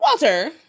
Walter